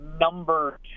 number